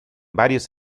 varios